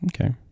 Okay